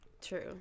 true